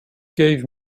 gave